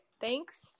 thanks